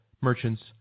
merchants